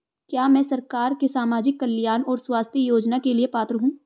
क्या मैं सरकार के सामाजिक कल्याण और स्वास्थ्य योजना के लिए पात्र हूं?